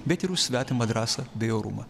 bet ir už svetimą drąsą bei orumą